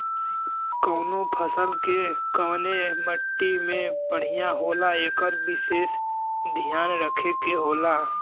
कउनो फसल के कउने मट्टी में बढ़िया होला एकर विसेस धियान रखे के होला